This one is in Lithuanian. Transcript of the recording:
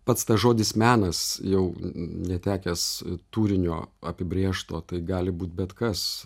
pats tas žodis menas jau netekęs turinio apibrėžto tai gali būt bet kas